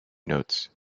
notes